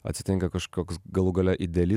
atsitinka kažkoks galų gale ideali